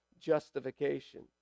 Justification